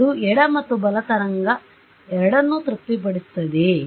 ಅದು ಎಡ ಮತ್ತು ಬಲ ತರಂಗ ಎರಡನ್ನೂ ತೃಪ್ತಿಪಡಿಸುತ್ತದೆಯೇ